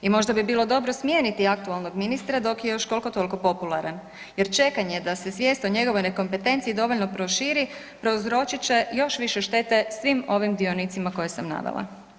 I možda bi bilo dobro smijeniti aktualnog ministra dok je još kolko tolko popularan jer čekanje da se svijest o njegovoj nekompetenciji dovoljno proširi prouzročit će još više štete svim ovim dionicima koje sam navela.